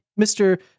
Mr